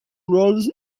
rolls